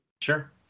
Sure